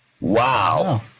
Wow